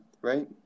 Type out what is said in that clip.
right